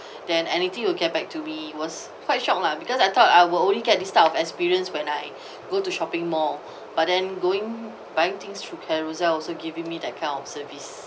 then anything you get back to me was quite shock lah because I thought I will only get this type of experience when I go to shopping mall but then going buying things through carousell also giving me that kind of service